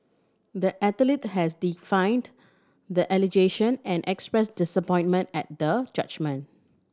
the athlete has defined the allegation and expressed disappointment at the judgment